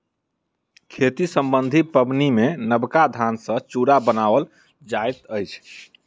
खेती सम्बन्धी पाबनिमे नबका धान सॅ चूड़ा बनाओल जाइत अछि